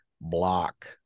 block